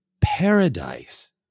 paradise